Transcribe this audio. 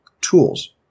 tools